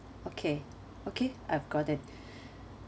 okay okay I've got it